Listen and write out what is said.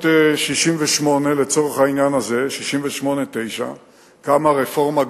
ב-1968 1969, לצורך העניין הזה, קמה רפורמה גדולה,